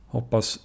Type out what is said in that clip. Hoppas